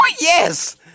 yes